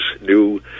new